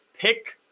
pick